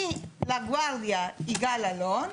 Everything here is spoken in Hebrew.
מלאגוורדיה יגאל אלון,